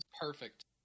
perfect